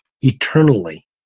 eternally